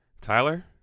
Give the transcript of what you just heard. Tyler